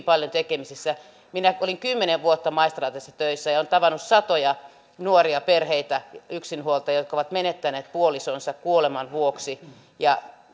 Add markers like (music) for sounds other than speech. (unintelligible) paljon tekemisissä minä olin kymmenen vuotta maistraatissa töissä ja olen tavannut satoja nuoria perheitä yksinhuoltajia jotka ovat menettäneet puolisonsa kuoleman vuoksi ja (unintelligible)